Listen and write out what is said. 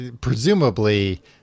presumably